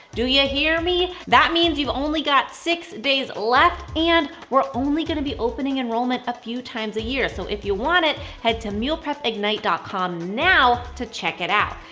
do ya hear me? that means you've only got six days left and we're only gonna be opening enrollment a few times a year. so if you want it, head to mealprepignite dot com now to check it out.